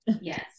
Yes